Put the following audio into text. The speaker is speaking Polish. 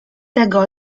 tego